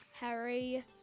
Harry